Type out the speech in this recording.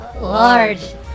large